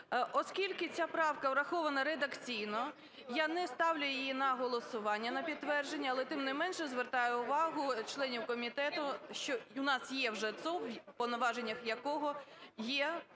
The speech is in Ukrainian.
Оскільки ця правка врахована редакційно, я не ставлю її на голосування на підтвердження, але тим не менше звертаю увагу членів комітету, що у нас є вже ЦОВВ, у повноваженнях якого є такі